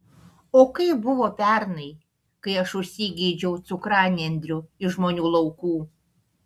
o kaip buvo pernai kai aš užsigeidžiau cukranendrių iš žmonių laukų